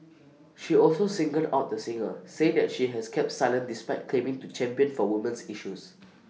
she also singled out the singer say that she has kept silent despite claiming to champion for woman's issues